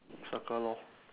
circle lor